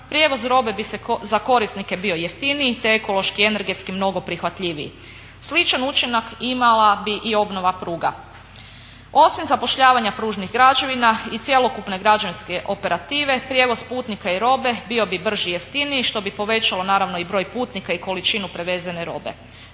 prijevoz robe bi za korisnike bio jeftiniji, te ekološki i energetski mnogo prihvatljiviji. Sličan učinak imala bi i obnova pruga. Osim zapošljavanja pružnih građevina i cjelokupne građevinske operative prijevoz putnika i robe bio bi brži i jeftiniji što bi povećalo naravno i broj putnika i količinu prevezene robe.